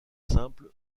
simple